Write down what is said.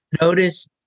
Notice